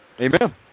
Amen